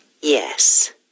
Yes